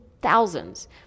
thousands